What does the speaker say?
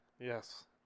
Yes